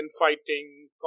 infighting